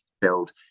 build